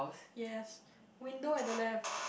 yes window at the left